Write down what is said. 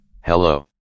Hello